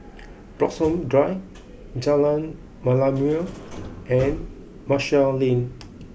Bloxhome Drive Jalan Merlimau and Marshall Lane